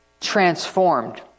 transformed